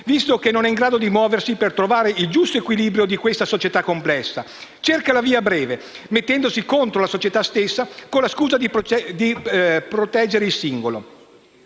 visto che non è in grado di muoversi per trovare il giusto equilibrio di questa società complessa. Cerca la via breve, mettendosi contro la società stessa con la scusa di proteggere il singolo.